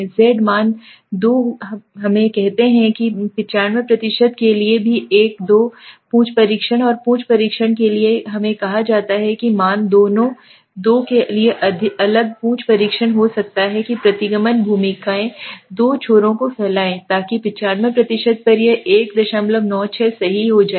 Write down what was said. z मान दो हमें कहते हैं कि 95 के लिए भी एक दो पूंछ परीक्षण और पूंछ परीक्षण के लिए कहा दोनों मान एक दो के लिए अलग होगा पूंछ परीक्षण हो सकता है कि प्रतिगमन भूमिकाएं दो छोरों को फैलाएं ताकि 95 पर यह 196 सही हो जाए